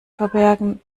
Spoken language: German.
verbergen